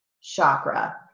chakra